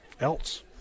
else